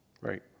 right